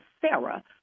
Sarah